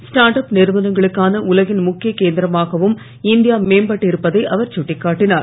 start up நிறுவனங்களுக்கான உலகின் முக்கிய கேந்திரமாகவும் இந்தியா மேம்பட்டிருப்பதை அவர் கட்டிக்காட்டினுர்